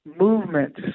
movements